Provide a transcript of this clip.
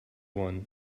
one